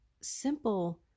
simple